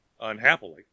unhappily